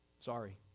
Sorry